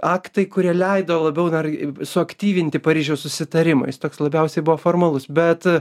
aktai kurie leido labiau dar suaktyvinti paryžiaus susitarimą jis toks labiausiai buvo formalus bet